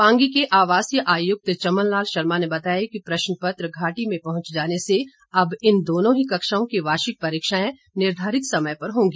पांगी के आवासीय आयुक्त चमन लाल शर्मा ने बताया कि प्रश्न पत्र घाटी में पहुंच जाने से अब इन दोनों ही कक्षाओं की वार्षिक परीक्षाएं निर्धारित समय पर होंगी